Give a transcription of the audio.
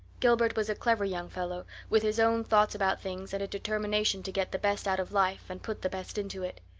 gilbert was a clever young fellow, with his own thoughts about things and a determination to get the best out of life and put the best into it.